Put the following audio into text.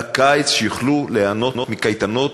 בקיץ, יוכלו ליהנות מקייטנות,